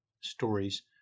stories